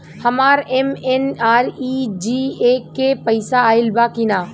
हमार एम.एन.आर.ई.जी.ए के पैसा आइल बा कि ना?